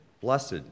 blessed